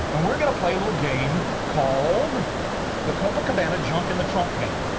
and we're going to play a little game called the copacabana junk in the trunk game.